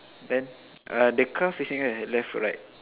then uh the car facing where left or right